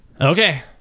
okay